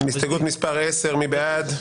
הסתייגויות 39 עד 43. מי בעד?